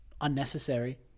unnecessary